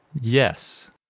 Yes